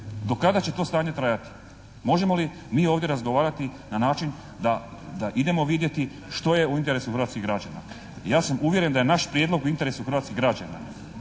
Do kada će to stanje trajati? Možemo li mi ovdje razgovarati na način da idemo vidjeti što je u interesu hrvatskih građana. Ja sam uvjeren da je naš prijedlog u interesu hrvatskih građana.